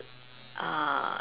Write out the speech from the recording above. uh